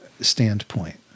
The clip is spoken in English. standpoint